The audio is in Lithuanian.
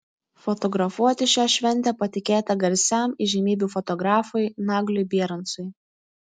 fotografuoti šią šventę patikėta garsiam įžymybių fotografui nagliui bierancui